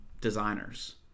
designers